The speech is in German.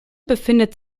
befindet